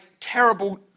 terrible